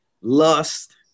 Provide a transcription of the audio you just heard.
lust